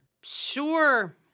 Sure